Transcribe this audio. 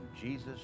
Jesus